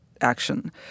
action